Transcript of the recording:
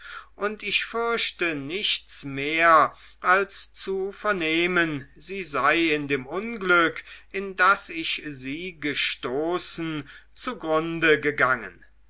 und ich fürchte nichts mehr als zu vernehmen sie sei in dem unglück in das ich sie gestoßen zugrunde gegangen